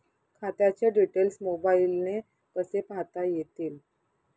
खात्याचे डिटेल्स मोबाईलने कसे पाहता येतील?